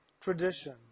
tradition